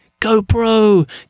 GoPro